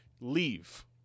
leave